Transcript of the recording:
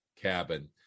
cabin